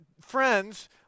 friends